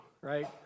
right